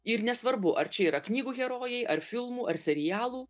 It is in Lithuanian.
ir nesvarbu ar čia yra knygų herojai ar filmų ar serialų